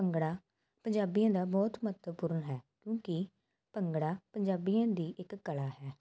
ਭੰਗੜਾ ਪੰਜਾਬੀਆਂ ਦਾ ਬਹੁਤ ਮਹੱਤਵਪੂਰਨ ਹੈ ਕਿਉਂਕਿ ਭੰਗੜਾ ਪੰਜਾਬੀਆਂ ਦੀ ਇੱਕ ਕਲਾ ਹੈ